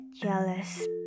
jealous